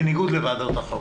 בניגוד לוועדות אחרות.